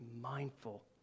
mindful